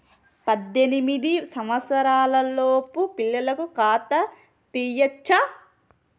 పద్దెనిమిది సంవత్సరాలలోపు పిల్లలకు ఖాతా తీయచ్చా?